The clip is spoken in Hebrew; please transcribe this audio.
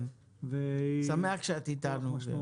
שמח שאת איתנו.